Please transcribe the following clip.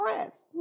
press